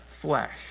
flesh